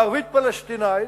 הערבית-פלסטינית,